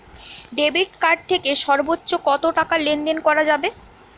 Debit card থেকে সর্বোচ্চ কত টাকা লেনদেন করা যাবে?